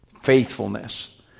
faithfulness